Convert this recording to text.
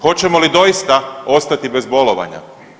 Hoćemo li doista ostati bez bolovanja?